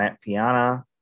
Piana